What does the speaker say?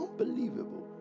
unbelievable